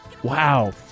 Wow